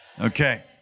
Okay